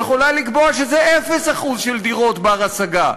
היא יכולה לקבוע שזה אפס אחוז של דירות בנות-השגה.